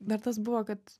dar tas buvo kad